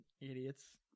Idiots